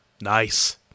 Nice